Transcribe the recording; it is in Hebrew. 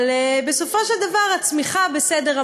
אבל בסופו של דבר הצמיחה בסדר,